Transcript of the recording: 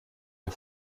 der